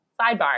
sidebar